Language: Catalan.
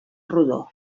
rodó